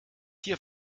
hier